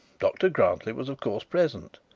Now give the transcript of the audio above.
dr grantly was of course present,